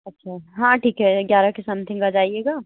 अच्छा हाँ ठीक है ग्यारह के समथिंग आ जाइएगा